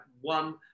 one